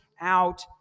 out